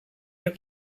get